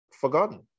forgotten